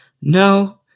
no